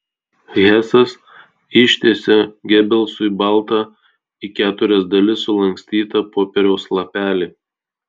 hesas ištiesė gebelsui baltą į keturias dalis sulankstytą popieriaus lapelį